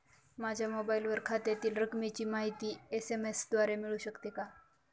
माझ्या मोबाईलवर खात्यातील रकमेची माहिती एस.एम.एस द्वारे मिळू शकते का?